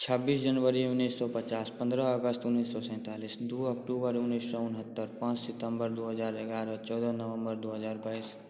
छब्बीस जनवरी उन्नीस सौ पचास पंद्रह अगस्त उन्नीस सौ सैतालिस दो अक्टूबर उन्नीस सौ उनहत्तर पाँच सितम्बर दो हज़ार ग्यारह चौदह नवम्बर दो हज़ार बाइस